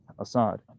Assad